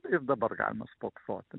ir dabar galima spoksoti